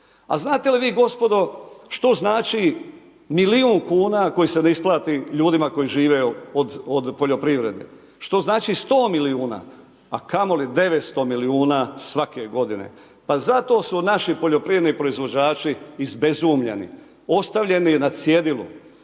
A znate li vi gospodo što znači milijun kuna koji se ne isplati ljudima koji žive od poljoprivrede? Što znači 100 milijuna a kamoli 900 milijuna svake godine? Pa zato su naši poljoprivredni proizvođači izbezumljeni, ostavljeni na cjedilu.